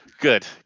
good